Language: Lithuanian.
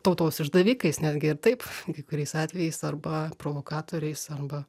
tautos išdavikais netgi ir taip kai kuriais atvejais arba provokatoriais arba